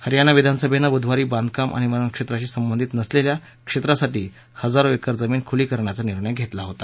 हरयाणा विधानसभेनं बुधवारी बांधकाम आणि वनक्षेत्राशी संबंधित नसलेल्या क्षेत्रासाठी हजारो एकर जमीन खुली करण्याचा निर्णय घेतला होता